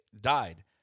died